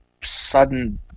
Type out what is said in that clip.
sudden